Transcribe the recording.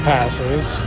Passes